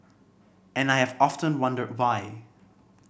and I have often wondered why